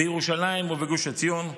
בירושלים ובגוש עציון,